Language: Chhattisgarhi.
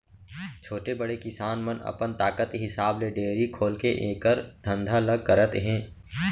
छोटे, बड़े किसान मन अपन ताकत हिसाब ले डेयरी खोलके एकर धंधा ल करत हें